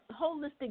holistic